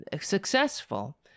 successful